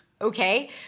Okay